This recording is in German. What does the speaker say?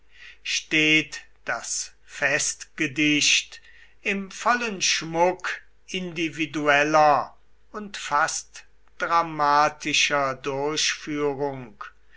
steht das festgedicht im vollen schmuck individueller und fast dramatischer durchführung